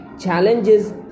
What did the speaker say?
Challenges